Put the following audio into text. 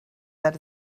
that